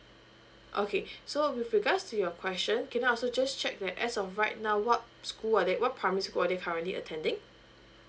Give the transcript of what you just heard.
okay so with regards to your question can I also just check that as of right now what school are they what primary school are they currently attending